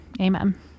Amen